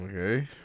Okay